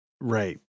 right